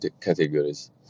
categories